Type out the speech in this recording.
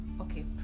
okay